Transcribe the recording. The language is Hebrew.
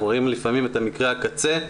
אנחנו רואים לפעמים את מקרי הקצה,